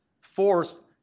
force